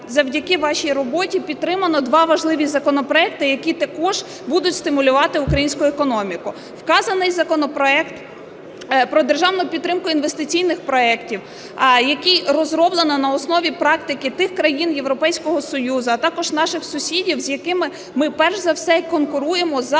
завдяки вашій роботі підтримано два важливих законопроекти, які також будуть стимулювати українську економіку. Вказаний законопроект про державну підтримку інвестиційних проектів, який розроблено на основі практики тих країн Європейського Союзу, а також наших сусідів, з якими ми перш за все конкуруємо за